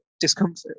discomfort